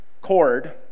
cord